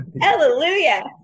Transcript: Hallelujah